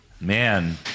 man